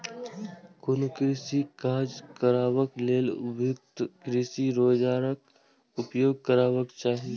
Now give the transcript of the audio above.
कोनो कृषि काज करबा लेल उपयुक्त कृषि औजारक उपयोग करबाक चाही